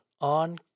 on